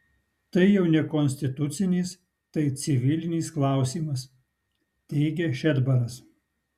tai jau ne konstitucinis tai civilinis klausimas teigė šedbaras